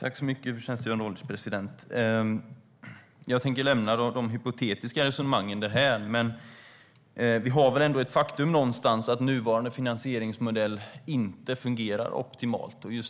Fru ålderspresident! Jag tänker lämna de hypotetiska resonemangen därhän. Det är ett faktum att nuvarande finansieringsmodell inte fungerar optimalt.